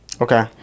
okay